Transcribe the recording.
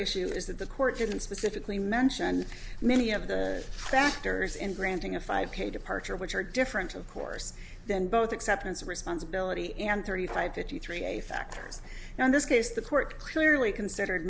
issue is that the court didn't specifically mention many of the factors in granting a five page departure which are different of course then both acceptance of responsibility and thirty five fifty three a factors in this case the court clearly considered